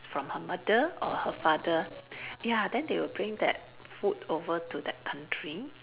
from her mother or her father ya then they will bring that food over to that country